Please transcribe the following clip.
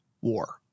war